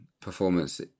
performance